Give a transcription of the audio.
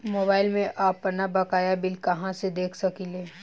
Mobile में आपनबकाया bill कहाँसे देख सकिले?